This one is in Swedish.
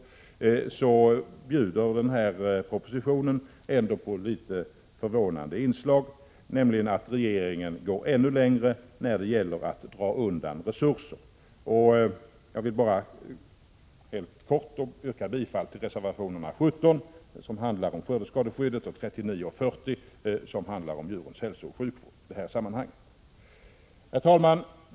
Där bjuder propositionen ändå på litet förvånande inslag. Regeringen går nämligen ännu längre när det gäller att dra undan resurser. Jag vill bara helt kort yrka bifall till reservation 17, som handlar om skördeskadeskyddet, och reservationerna 39 och 40, som handlar om djurens hälsooch sjukvård. Herr talman!